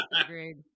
agreed